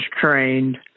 trained